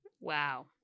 Wow